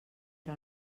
era